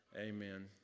Amen